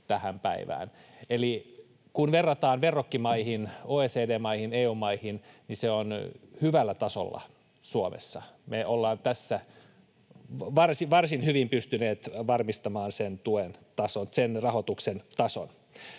tähän päivään. Eli kun verrataan verrokkimaihin, OECD-maihin, EU-maihin, niin se on hyvällä tasolla Suomessa. Me olemme tässä varsin hyvin pystyneet varmistamaan sen rahoituksen tason.